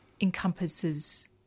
encompasses